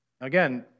Again